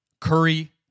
Curry